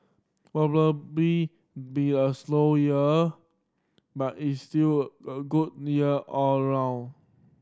probably be be a slower year but it still a good year all around